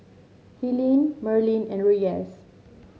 Helene Merlin and Reyes